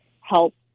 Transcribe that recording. help